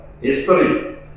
History